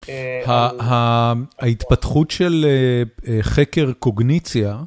ההתפתחות של חקר קוגניציה.